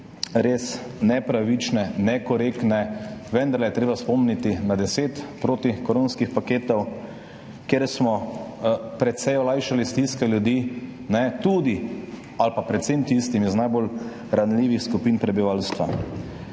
res nepravične, nekorektne. Vendarle je treba spomniti na 10 protikoronskih paketov, kjer smo precej olajšali stiske ljudi, tudi ali predvsem tistih iz najbolj ranljivih skupin prebivalstva.